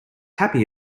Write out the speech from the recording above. happy